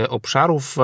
obszarów